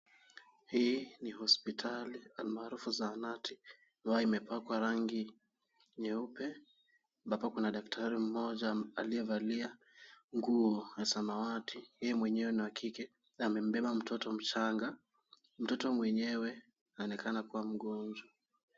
Hii ni Hospitali almaarufu zamati, ambayo imepakwa rangi nyeupe ambapo kuna kuna daktari mmoja aliyevalia. Nguo wa samawati, yeye mwenyewe ni wa kike na amembebe mtoto mchanga. Mtoto mwenyewe anaonekana kuwa mgonjwa.